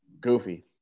Goofy